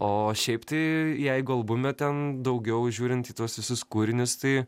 o šiaip tai jeigu albume ten daugiau žiūrint į tuos visus kūrinius tai